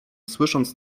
słysząc